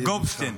גופשטיין.